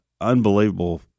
unbelievable